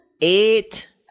eight